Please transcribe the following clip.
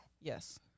Yes